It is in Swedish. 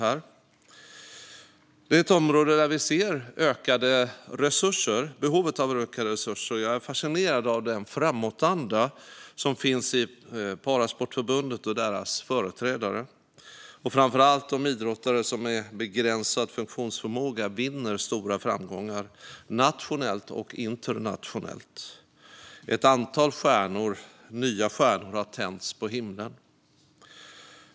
Vi ser inom detta område behov av ökade resurser. Jag är fascinerad av den framåtanda som finns i Parasportförbundet och deras företrädare, framför allt de idrottare som med begränsad funktionsförmåga vinner stora framgångar nationellt och internationellt. Ett antal nya stjärnor har tänts på himlen.